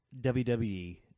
WWE